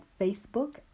Facebook